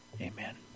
Amen